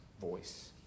voice